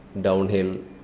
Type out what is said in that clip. downhill